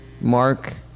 Mark